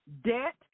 Debt